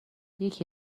یکی